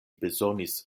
bezonis